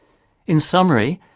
in summary,